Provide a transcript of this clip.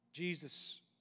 Jesus